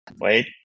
Wait